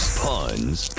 puns